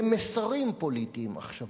למסרים פוליטיים עכשוויים,